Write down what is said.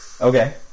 Okay